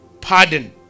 pardon